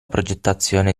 progettazione